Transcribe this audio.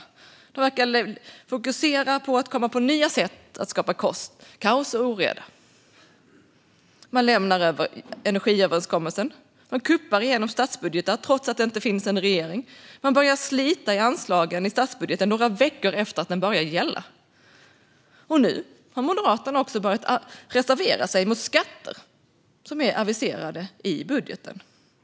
Moderaterna verkar fokusera på att komma på nya sätt att skapa kaos och oreda. Man lämnade energiöverenskommelsen. Man kuppade igenom statsbudgeten trots att det inte fanns en regering. Man började att slita i anslagen i statsbudgeten några veckor efter att den börjat gälla. Nu har Moderaterna också börjat att reservera sig mot skatter som är aviserade i budgeten.